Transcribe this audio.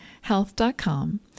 health.com